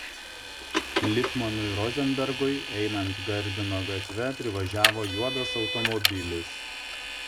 lipmanui rozenbergui einant gardino gatve privažiavo juodas automobilis